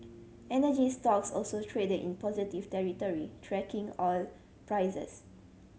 energy stocks also traded in positive territory tracking oil prices